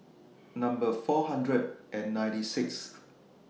Number four hundred and ninety Sixth